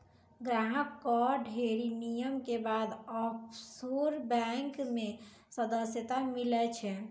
ग्राहक कअ ढ़ेरी नियम के बाद ऑफशोर बैंक मे सदस्यता मीलै छै